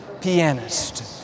pianist